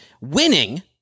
winning